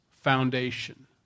foundation